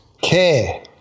Care